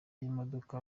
y’imodoka